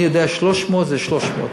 אני יודע: 300 זה 300,